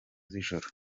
z’ijoro